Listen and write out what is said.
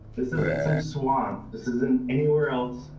this isn't some swamp, this isn't anywhere else.